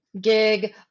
Gig